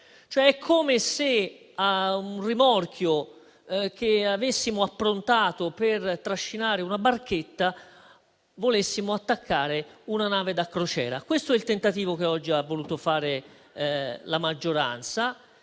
È come se a un rimorchio che avessimo approntato per trascinare una barchetta volessimo attaccare una nave da crociera. Questo è il tentativo che oggi ha voluto fare la maggioranza,